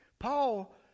Paul